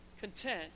content